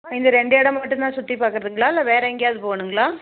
இந்த ரெண்டு இடமும் மட்டும் தான் சுற்றி பார்க்கறதுங்ளா இல்லை வேறு எங்கேயாது போகணுங்களா